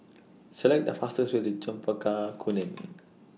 Select The fastest Way to Chempaka Kuning